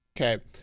Okay